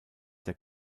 der